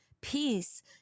peace